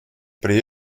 при